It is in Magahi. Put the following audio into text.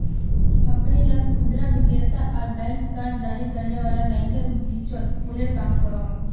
कंपनी ला खुदरा विक्रेता आर बैंक कार्ड जारी करने वाला बैंकेर बीचोत पूलेर काम करोहो